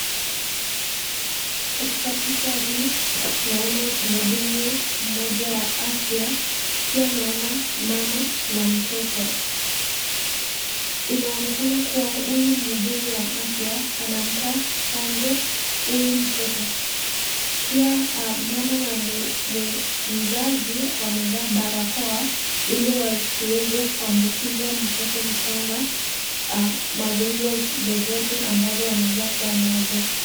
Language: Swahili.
Katika picha hii naona mhudumu mmoja wa afya. Pia naona mama na mtoto. Inaonekana kuwa huyu mhudumu wa afya anampa chanjo huyu mtoto. Pia mama na mzazi wamevaa barakoa ili wasiweze kuambukiza mtoto mchanga magonjwa zozote ambazo wanaweza kuwa nazo.